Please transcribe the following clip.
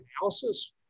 analysis